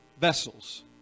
vessels